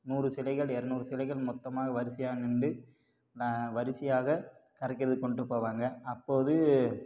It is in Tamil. நூறு சிலைகள் இரநூறு சிலைகள் மொத்தமாக வரிசையாக நிண்டு நான் வரிசையாக கரைக்கிறதுக்கு கொண்டுட்டு போவாங்க அப்போது